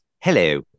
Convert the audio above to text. Hello